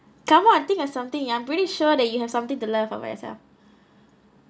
come on think of something ya I'm pretty sure that you have something to love about yourself